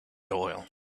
doyle